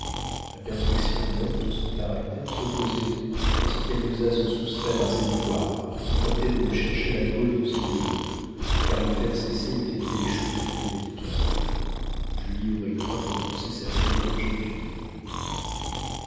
la perfection même de son caractère s'opposait à ce qu'elle osât se soustraire à ses devoirs ou tenter de rechercher la cause de ses douleurs car les faire cesser eût été chose trop délicate julie aurait craint d'offenser sa pudeur de jeune fille